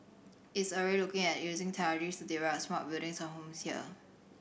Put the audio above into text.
it is already looking at using technologies to developing smart buildings and homes here